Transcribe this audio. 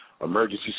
emergency